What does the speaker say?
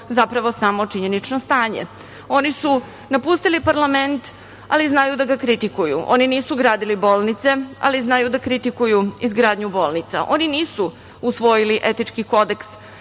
zapravo samo činjenično stanje. Oni su napustili parlament, ali znaju da ga kritikuju. Oni nisu gradili bolnice, ali znaju da kritikuju izgradnju bolnica. Oni nisu usvojili etički kodeks